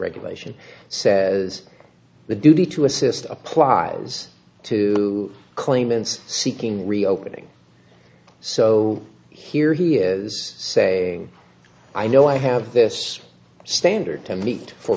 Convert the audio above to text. regulation says the duty to assist applies to claimants seeking reopening so here he is say i know i have this standard to meet for